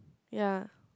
ya